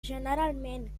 generalment